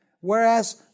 whereas